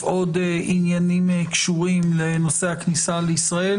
עוד עניינים קשורים לנושא הכניסה לישראל.